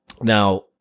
Now